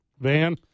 Van